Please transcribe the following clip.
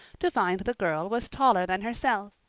to find the girl was taller than herself.